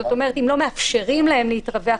זאת אומרת שאם לא מאפשרים להם להתרווח,